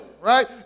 right